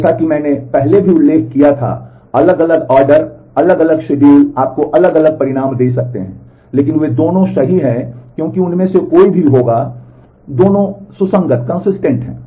जैसा कि मैंने पहले भी उल्लेख किया था अलग अलग ऑर्डर अलग अलग शेड्यूल आपको अलग अलग परिणाम दे सकते हैं लेकिन वे दोनों सही हैं क्योंकि उनमें से कोई भी एक होगा लेकिन दोनों सुसंगत हैं